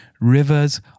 rivers